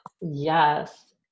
Yes